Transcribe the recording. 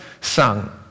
sung